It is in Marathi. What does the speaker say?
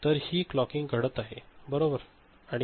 तर ही क्लॉकिंग घडत आहे बरोबर